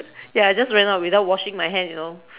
ya I just went out without washing my hand you know